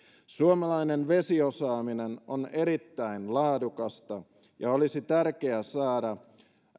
suomalainen vesiosaaminen on erittäin laadukasta ja olisi tärkeää saada